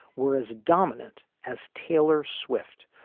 whereas dominant as taylor swift,